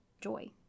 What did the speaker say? joy